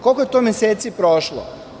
Koliko je to meseci prošlo?